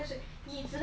中国